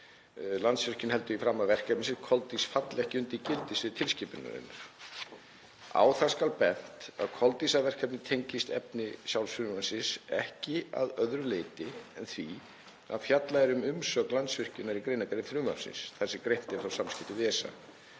Landsvirkjun heldur því fram að verkefnið Koldís falli ekki undir gildissvið tilskipunarinnar. Á það skal bent að Koldísarverkefnið tengist efni sjálfs frumvarpsins ekki að öðru leyti en því að fjallað er um umsögn Landsvirkjunar í greinargerð frumvarpsins þar sem greint er frá samskiptum